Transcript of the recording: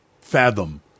fathom